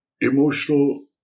emotional